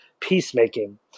peacemaking